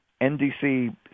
NDC